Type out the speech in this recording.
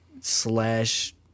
slash